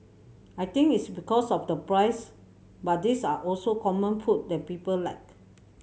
I think it's because of the price but these are also common food that people like